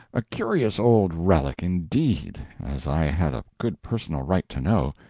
a curious old relic indeed, as i had a good personal right to know.